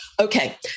Okay